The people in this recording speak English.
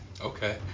okay